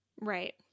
Right